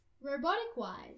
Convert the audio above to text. Robotic-wise